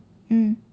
mm